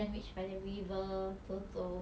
mm mm mm ya ya